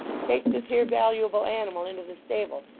take this here valuable animal into the stable,